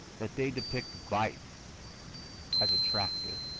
that they depict vice as attractive.